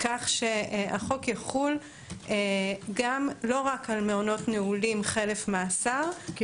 -- כך שהחוק יחול לא רק על מעונות נעולים חלף מאסר -- כן?